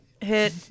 hit